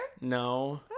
No